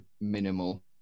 minimal